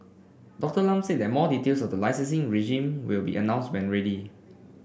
Doctor Lam said that more details of the licensing regime will be announced when ready